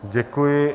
Děkuji.